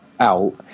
out